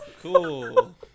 Cool